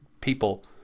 people